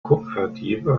kupferdiebe